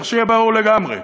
צריך שיהיה ברור לגמרי,